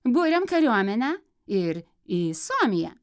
buriam kariuomenę ir į suomiją